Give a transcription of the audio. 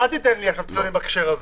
אל תיתן לי עכשיו ציונים בהקשר הזה.